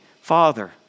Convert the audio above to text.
Father